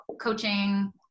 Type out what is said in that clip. coaching